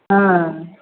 हँ